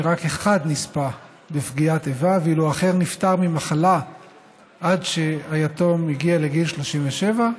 שרק אחד נספה בפעולת איבה ואילו אחר נפטר ממחלה עד שהיתום הגיע לגיל 37,